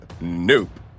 Nope